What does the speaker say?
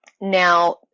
Now